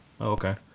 Okay